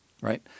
right